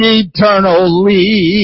eternally